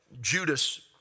Judas